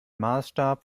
maßstab